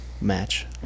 match